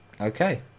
Okay